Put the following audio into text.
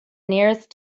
nearest